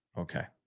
Okay